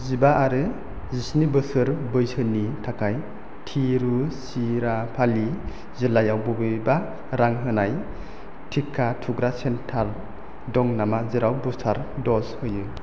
जिबा आरो जिस्नि बोसोर बैसोनि थाखाय तिरुचिरापल्लि जिल्लायाव बबेबा रां होनाय टिका थुग्रा सेन्टार दं नामा जेराव बुस्टार द'ज होयो